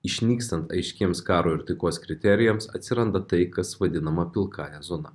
išnykstant aiškiems karo ir taikos kriterijams atsiranda tai kas vadinama pilkąja zona